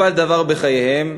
נפל דבר בחייהם,